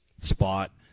spot